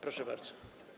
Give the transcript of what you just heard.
Proszę bardzo.